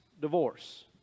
divorce